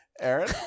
Aaron